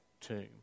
tomb